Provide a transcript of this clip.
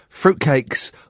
Fruitcakes